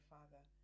Father